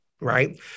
right